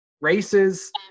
races